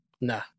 nah